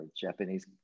Japanese